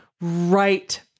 right